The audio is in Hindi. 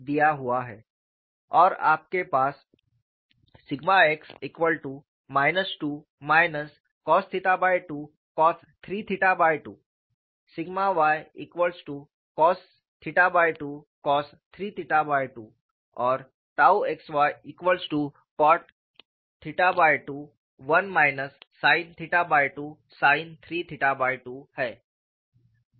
और आपके पास x 2 cos2 cos32 ycos2cos32 𝛕xycot21 sin2sin32 है